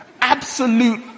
absolute